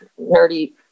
nerdy